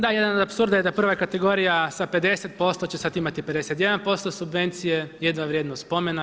Da jedan od apsurda je da prva kategorija sa 50% će sada imati 51% subvencije, jedva vrijedno spomena.